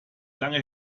lange